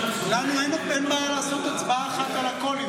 אין בעיה לעשות הצבעה אחת על הכול,